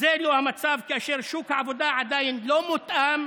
זה לא המצב, כאשר שוק העבודה עדיין לא מותאם,